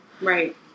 Right